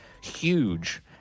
huge